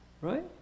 right